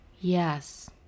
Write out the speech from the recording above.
Yes